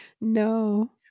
No